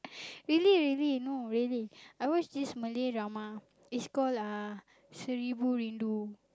really really no really I watched this Malay drama it's called uh seribu rindu